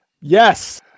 Yes